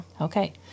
Okay